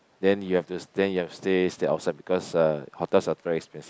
then you have to then you have to stay stay outside because uh hotels are too expensive